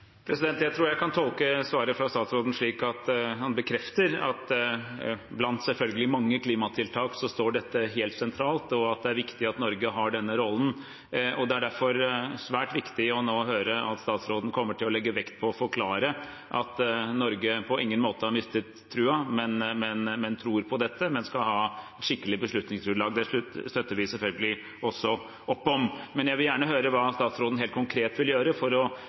Jeg tror jeg kan tolke svaret fra statsråden slik at han bekrefter at blant selvfølgelig mange klimatiltak står dette helt sentralt, og at det er viktig at Norge har denne rollen. Det er derfor svært viktig nå å høre at statsråden kommer til å legge vekt på å forklare at Norge på ingen måte har mistet troen. Man tror på dette, men skal ha skikkelig beslutningsgrunnlag. Det støtter vi selvfølgelig også opp om. Men jeg vil gjerne høre hva statsråden helt konkret vil gjøre for å